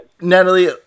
Natalie